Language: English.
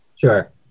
Sure